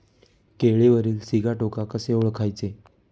केळीवरील सिगाटोका कसे ओळखायचे?